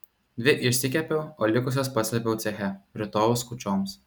dvi išsikepiau o likusias paslėpiau ceche rytojaus kūčioms